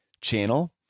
channel